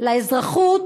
לאזרחות